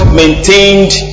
maintained